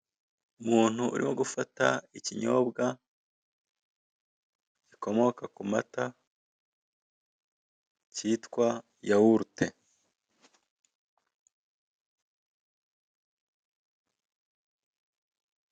Umuntu urimo gufata ikinyobwa gikomoka ku mata cyitwa yawurute.